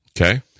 Okay